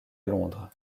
londres